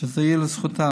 שזה יהיה לזכותה.